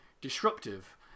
disruptive